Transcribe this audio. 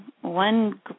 one